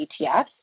ETFs